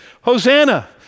Hosanna